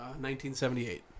1978